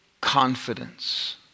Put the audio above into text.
confidence